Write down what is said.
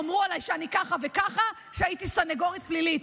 אמרו עליי שאני ככה וככה, שהייתי סנגורית פלילית.